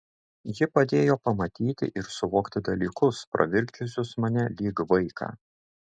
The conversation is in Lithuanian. ji padėjo pamatyti ir suvokti dalykus pravirkdžiusius mane lyg vaiką